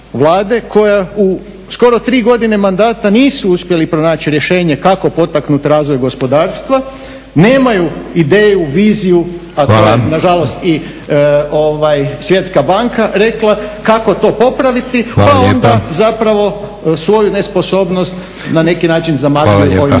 koja u skoro tri godine mandata nisu uspjeli pronaći rješenje kako potaknuti razvoj gospodarstva, nemaju ideju, viziju a to je nažalost i Svjetska banka rekla kako to popraviti pa onda zapravo svoju nesposobnost na neki način zamagljuju ovim zakonom.